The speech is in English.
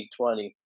2020